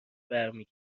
برمی